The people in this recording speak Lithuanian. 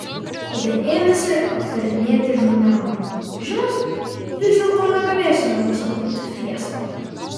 tada ėmėsi aptarinėti žurnalą žinot vis dėlto negalėsime pasivadinti fiesta